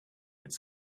its